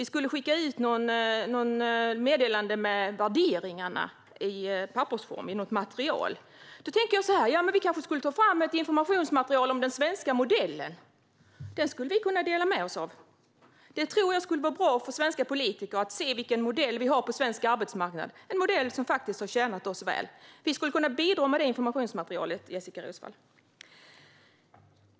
Ska vi skicka ut något meddelande med värderingarna i något material, kanske i pappersform? Jag tänker att vi kanske skulle ta fram ett informationsmaterial om den svenska modellen och dela med oss av det. Det skulle vara bra för svenska politiker att se vilken modell vi har på svensk arbetsmarknad. Det är en modell som har tjänat oss väl. Vi skulle kunna bidra med det informationsmaterialet, Jessika Roswall.